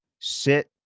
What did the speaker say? sit